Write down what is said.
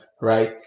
right